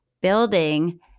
building